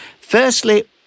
Firstly